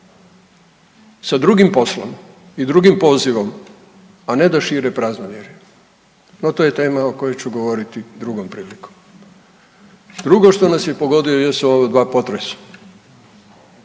sa drugim poslom i drugim pozivom, a ne da šire praznovjerje. No, to je tema o kojoj ću govoriti drugom prilikom. Drugo što nas je pogodilo jesu ova 2 potresa